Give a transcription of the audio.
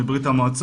מבריה"מ,